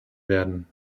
werden